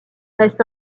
reste